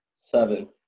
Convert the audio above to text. Seven